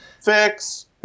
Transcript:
Fix